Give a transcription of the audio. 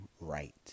right